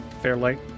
Fairlight